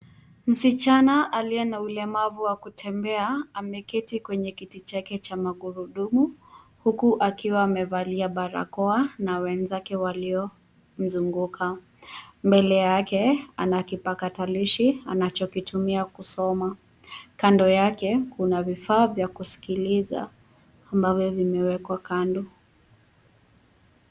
Msichana aliye na ulemavu wa kutembea. Ameketi kwenye kiti chake cha magurudumu, huku akiwa amevalia barakoa na wenzake waliomzunguka. Mbele yake, ana kipakatalishi anachotumia kusoma. Kando yake, kuna vifaa vya kusikiliza ambavyo vimewekwa kando.